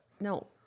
No